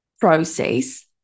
process